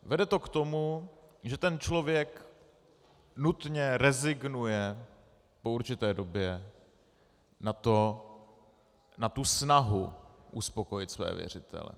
Vede to k tomu, že ten člověk nutně rezignuje po určité době na snahu uspokojit své věřitele.